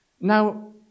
Now